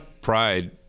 pride